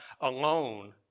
alone